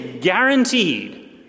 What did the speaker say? guaranteed